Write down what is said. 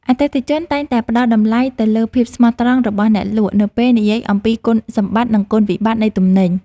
អតិថិជនតែងតែផ្តល់តម្លៃទៅលើភាពស្មោះត្រង់របស់អ្នកលក់នៅពេលនិយាយអំពីគុណសម្បត្តិ និងគុណវិបត្តិនៃទំនិញ។